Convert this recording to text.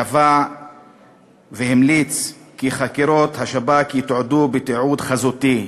קבע והמליץ כי חקירות השב"כ יתועדו תיעוד חזותי,